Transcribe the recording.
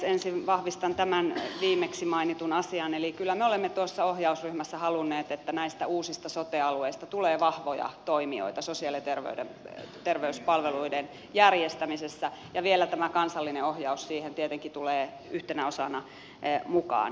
ensin vahvistan tämän viimeksi mainitun asian eli kyllä me olemme tuossa ohjausryhmässä halunneet että näistä uusista sote alueista tulee vahvoja toimijoita sosiaali ja terveyspalveluiden järjestämisessä ja vielä tämä kansallinen ohjaus siihen tietenkin tulee yhtenä osana mukaan